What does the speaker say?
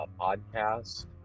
podcast